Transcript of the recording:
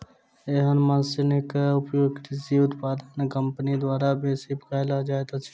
एहन मशीनक उपयोग कृषि उत्पाद कम्पनी द्वारा बेसी कयल जाइत अछि